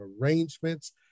arrangements